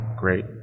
great